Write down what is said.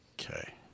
Okay